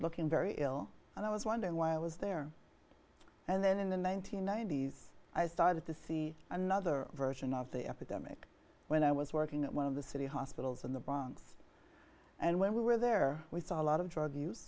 looking very ill and i was wondering why i was there and then in the main nine hundred and ninety s i started to see another version of the epidemic when i was working at one of the city hospitals in the bronx and when we were there we saw a lot of drug use